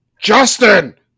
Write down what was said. Justin